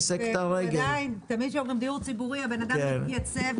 תמיד כשאומרים דיור ציבורי הבן אדם יתייצב,